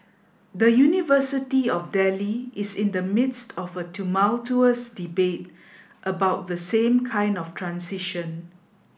the University of Delhi is in the midst of a tumultuous debate about the same kind of transition